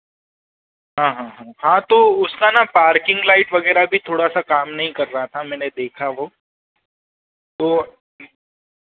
हाँ हाँ हाँ हाँ तो उसका ना पार्किंग लाइट वगैरह भी थोड़ा सा काम नहीं कर रहा था मैंने देखा वो वह